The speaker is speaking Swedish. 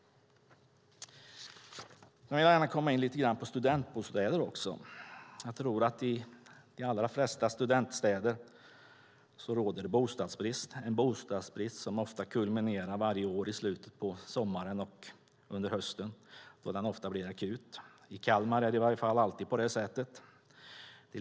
Jag ska komma in lite på studentbostäder. Jag tror att det råder bostadsbrist i de allra flesta studentstäder. Den kulminerar varje år i slutet av sommaren och under hösten då den ofta blir akut. I Kalmar är det i varje fall alltid på det sättet.